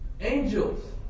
Angels